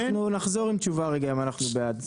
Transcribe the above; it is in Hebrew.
אנחנו נחזור עם תשובה אם אנחנו בעד זה.